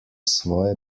svoje